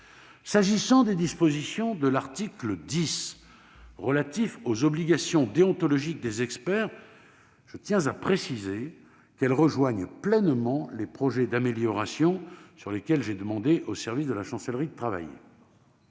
encore un sens ? J'en viens à l'article 10 et aux obligations déontologiques des experts. Je tiens à préciser que celles-ci rejoignent pleinement les projets d'amélioration sur lesquels j'ai demandé aux services de la Chancellerie de travailler.